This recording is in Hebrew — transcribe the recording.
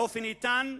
באופן איתן,